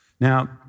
Now